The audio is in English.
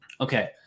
okay